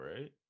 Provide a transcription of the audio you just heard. right